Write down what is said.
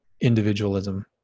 individualism